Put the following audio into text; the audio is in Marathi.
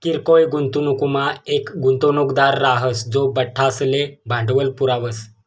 किरकोय गुंतवणूकमा येक गुंतवणूकदार राहस जो बठ्ठासले भांडवल पुरावस